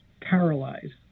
paralyzed